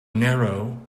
narrow